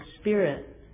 spirit